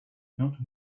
not